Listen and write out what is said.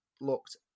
looked